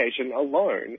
alone